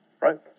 Right